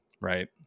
Right